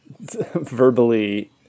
verbally